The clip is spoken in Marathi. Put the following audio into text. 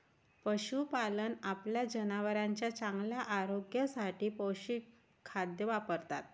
पशुपालक आपल्या जनावरांच्या चांगल्या आरोग्यासाठी पौष्टिक खाद्य वापरतात